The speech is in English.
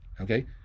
okay